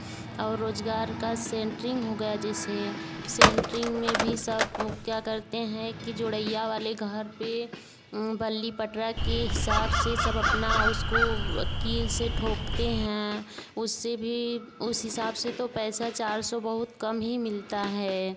और रोज़गार का सेंट्रिग हो गया जैसे सेंट्रिंग में सब वह क्या करते हैं कि जोड़इया वाले घर पर बल्ली पटरा के हिसाब से सब अपना उसको कील से ठोकते हैं उससे भी उस हिसाब से तो पैसा चार सौ बहुत कम ही मिलता है